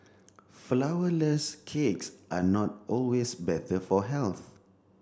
flourless cakes are not always better for health